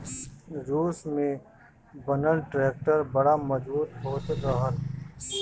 रूस में बनल ट्रैक्टर बड़ा मजबूत होत रहल